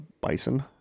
bison